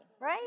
right